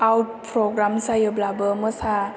आउथ programme जायोब्लाबो मोसा